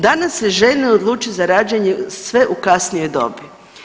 Danas se žene odluče za rađanje sve u kasnijoj dobi.